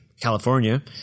California